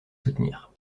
soutenir